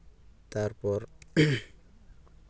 ᱛᱟᱨᱯᱚᱨ